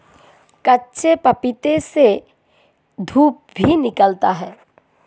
कच्चे पपीते से दूध भी निकलता है